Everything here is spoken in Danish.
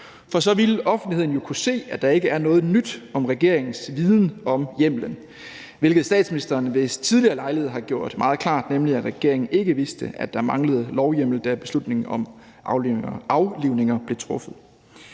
fordi offentligheden så ville kunne se, at der ikke er noget nyt om regeringens viden om hjemmelen, hvilket statsministeren ved tidligere lejligheder har gjort meget klart, nemlig at regeringen ikke vidste, at der manglede lovhjemmel, da beslutningen om aflivninger blev truffet.